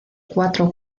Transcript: cuatro